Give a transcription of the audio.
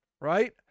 right